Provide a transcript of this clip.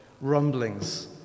rumblings